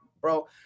bro